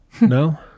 no